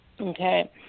Okay